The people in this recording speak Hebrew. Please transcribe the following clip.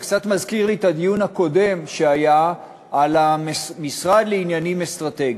זה קצת מזכיר לי את הדיון הקודם על המשרד לעניינים אסטרטגיים.